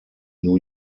new